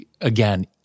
again